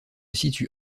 situe